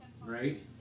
Right